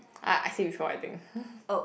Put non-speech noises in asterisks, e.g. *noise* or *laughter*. ah I see before I think *laughs*